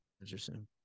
Interesting